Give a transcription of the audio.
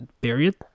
period